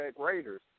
Raiders